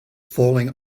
falling